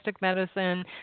medicine